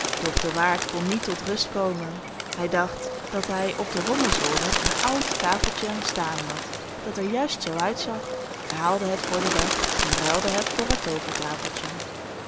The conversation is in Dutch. doch de waard kon niet tot rust komen hij dacht dat hij op den rommelzolder een oud tafeltje staan had dat er juist zoo uitzag hij haalde het voor den dag en ruilde het voor het